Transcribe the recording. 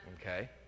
Okay